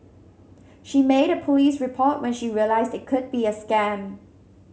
she made a police report when she realised it could be a scam